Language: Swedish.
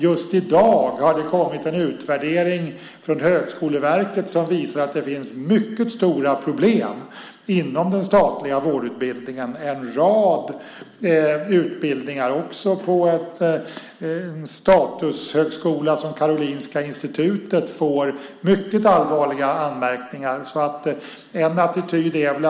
Just i dag har det kommit en utvärdering från Högskoleverket som visar att det finns mycket stora problem på en rad utbildningar inom den statliga vårdutbildningen. Också en statushögskola som Karolinska Institutet får mycket allvarliga anmärkningar.